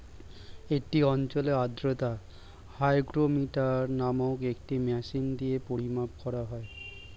একটি অঞ্চলের আর্দ্রতা হাইগ্রোমিটার নামক একটি মেশিন দিয়ে পরিমাপ করা হয়